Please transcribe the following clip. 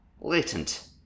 latent